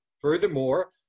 Furthermore